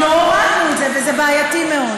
לא הורדנו את זה, וזה בעייתי מאוד.